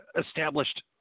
established